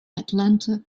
atlanta